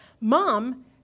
Mom